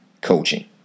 coaching